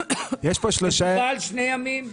מקובל שני ימים?